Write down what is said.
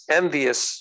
envious